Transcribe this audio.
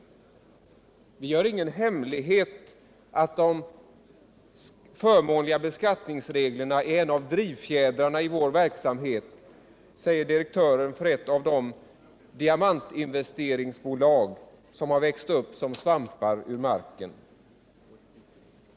"Vi gör ingen hemlighet av att de förmånliga beskattningsreglerna är en av drivfjädrarna i vår verksamhet”, säger direktören för ett av de diamantinvesteringsbolag som nu växer upp som svampar ur marken.